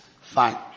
fine